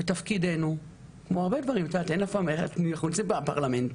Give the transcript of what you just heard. אנחנו נמצאים בפרלמנט.